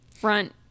front